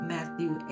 Matthew